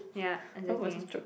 ya exactly